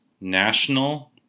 National